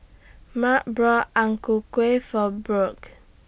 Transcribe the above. Marc bought Ang Ku Kueh For Burk